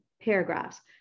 paragraphs